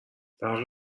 فرق